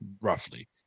roughly